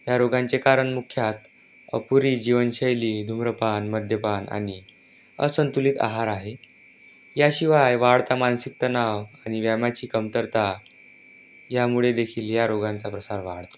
या रोगांचे कारण मुख्यत अपुरी जीवनशैली धुम्रपान मद्यपान आणि असंतुलित आहार आहे याशिवाय वाढता मानसिक तणाव आणि व्यायामाची कमतरता यामुळे देखील या रोगांचा प्रसार वाढतो